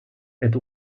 and